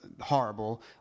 horrible